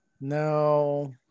no